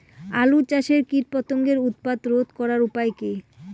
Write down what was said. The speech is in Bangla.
আলু চাষের কীটপতঙ্গের উৎপাত রোধ করার উপায় কী?